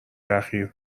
اخیر